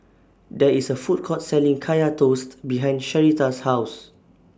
There IS A Food Court Selling Kaya Toast behind Sherita's House